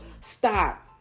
stop